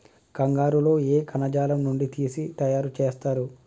కంగారు లో ఏ కణజాలం నుండి తీసి తయారు చేస్తారు?